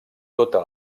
tota